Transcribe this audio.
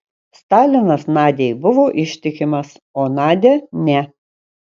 stalinas nadiai buvo ištikimas o nadia ne